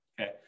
Okay